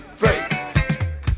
three